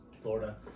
Florida